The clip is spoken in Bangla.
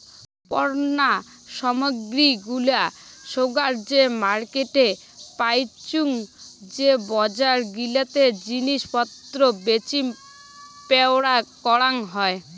পণ্য সামগ্রী গুলা সোগায় যে মার্কেটে পাইচুঙ যে বজার গিলাতে জিনিস পত্র বেচিম পেরোয় করাং হই